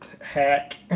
hack